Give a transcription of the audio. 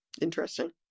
Interesting